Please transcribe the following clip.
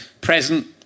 present